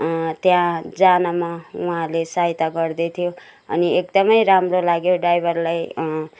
त्यहाँ जानमा उहाँले सहायता गर्दै थियो अनि एकदमै राम्रो लाग्यो ड्राइभरलाई